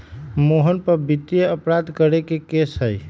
मोहना पर वित्तीय अपराध करे के केस हई